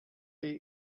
they